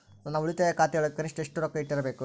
ನನ್ನ ಉಳಿತಾಯ ಖಾತೆಯೊಳಗ ಕನಿಷ್ಟ ಎಷ್ಟು ರೊಕ್ಕ ಇಟ್ಟಿರಬೇಕು?